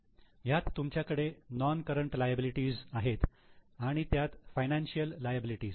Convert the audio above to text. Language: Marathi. ह्यात तुमच्याकडे नोन करंट लायबिलिटी आहेत आणि त्यात फायनान्शियल लायबिलिटी